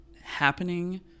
happening